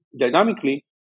dynamically